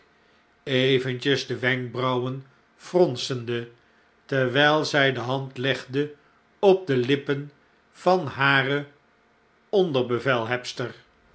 eventjes de wenkbrauwen fronsende terwijl zjj de hand legde op de lippen van hareonderbevelhebster